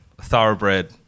thoroughbred